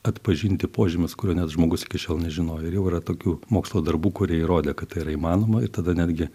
atpažinti požymius kurio net žmogus iki šiol nežinojo ir jau yra tokių mokslo darbų kurie įrodė kad tai yra įmanoma ir tada netgi